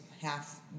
half